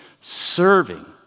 serving